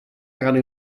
erano